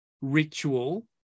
ritual